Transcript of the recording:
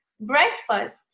breakfast